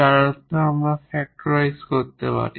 যার অর্থ আমরা ফ্যাক্টরাইজ করতে পারি